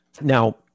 Now